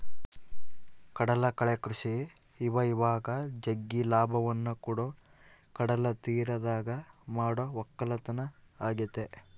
ಕಡಲಕಳೆ ಕೃಷಿ ಇವಇವಾಗ ಜಗ್ಗಿ ಲಾಭವನ್ನ ಕೊಡೊ ಕಡಲತೀರದಗ ಮಾಡೊ ವಕ್ಕಲತನ ಆಗೆತೆ